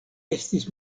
estis